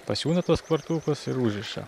pasiūna tuos kvartūkus ir užriša